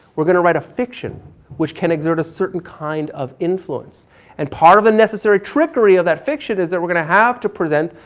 we're going to write a fiction which can exert a certain kind of influence and part of the necessary trickery of that fiction is that we're going to have to present,